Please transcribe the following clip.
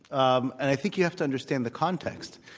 um and i think you have to understand the context.